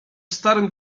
starym